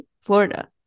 Florida